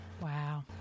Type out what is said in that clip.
Wow